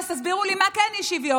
אז תסבירו לי מה כן אי-שוויון.